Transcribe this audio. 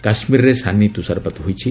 କାଶ୍ମୀରରେ ସାନି ତୁଷାରପାତ ହୋଇଛି